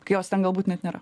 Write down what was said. kai jos ten galbūt net nėra